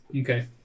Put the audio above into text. Okay